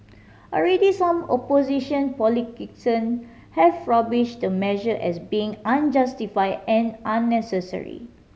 already some opposition politician have rubbished the measure as being unjustified and unnecessary